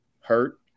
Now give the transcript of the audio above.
Hurt